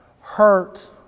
hurt